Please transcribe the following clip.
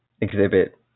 exhibit